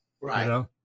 Right